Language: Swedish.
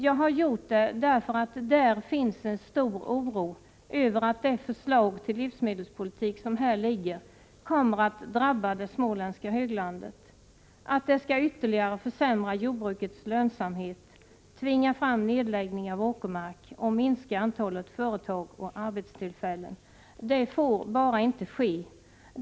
Jag har gjort det därför att där finns en stor oro över att det förslag till livsmedelspolitik som här ligger kommer att drabba det småländska höglandet, att det skall ytterligare försämra jordbrukets lönsamhet, tvinga fram nedläggning av åkermark och minska antalet företag och arbetstillfällen. Det får bara inte ske!